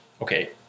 okay